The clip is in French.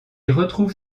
retrouve